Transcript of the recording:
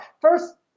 first